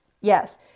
Yes